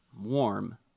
warm